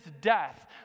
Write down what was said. death